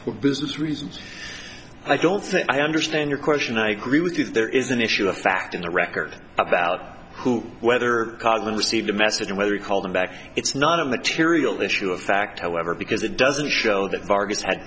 for business reasons i don't think i understand your question i agree with you that there is an issue of fact in the record about who whether the receive the message and whether you call them back it's not a material issue a fact however because it doesn't show that vargas had